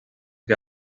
que